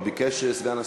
לכולנו, כן?